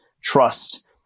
trust